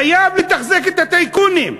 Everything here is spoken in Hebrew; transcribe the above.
חייבים לתחזק את הטייקונים.